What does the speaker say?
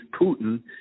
Putin